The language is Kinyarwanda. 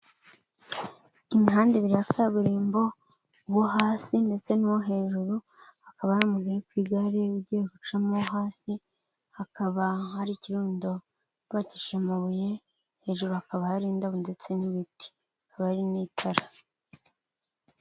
Imihanda ibiri ya kaburimbo, uwo hasi ndetse n'uwo hejuru, hakaba n'umuntu uri ku igare ugiye gucamo hasi, hakaba hari ikirundo bubakishije amabuye, hejuru hakaba hari indabo ndetse n'ibiti, hakaba hari n'itara.